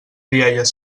rialles